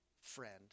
friend